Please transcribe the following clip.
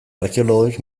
arkeologoek